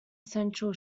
central